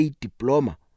diploma